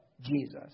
Jesus